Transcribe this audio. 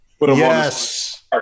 yes